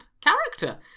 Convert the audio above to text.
character